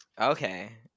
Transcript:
Okay